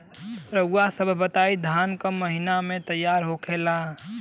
रउआ सभ बताई धान क महीना में तैयार होखेला?